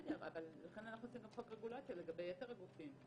לכן אנחנו מחוקקים חוק רגולציה לגבי יתר הגופים.